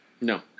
no